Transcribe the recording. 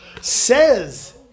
Says